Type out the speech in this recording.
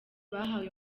bahawe